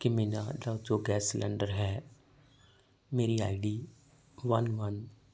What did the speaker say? ਕਿ ਮੇਰਾ ਜਿਹੜਾ ਜੋ ਗੈਸ ਸਿਲੰਡਰ ਹੈ ਮੇਰੀ ਆਈ ਡੀ ਵੰਨ ਵੰਨ